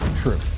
true